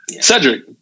Cedric